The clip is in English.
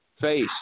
Face